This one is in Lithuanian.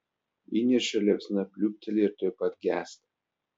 įniršio liepsna pliūpteli ir tuoj pat gęsta